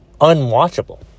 unwatchable